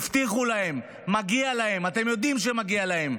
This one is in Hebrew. הבטיחו להם, מגיע להם, אתם יודעים שמגיע להם.